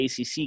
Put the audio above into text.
ACC